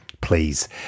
Please